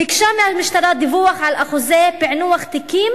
ביקשה מהמשטרה דיווח על אחוזי פענוח תיקים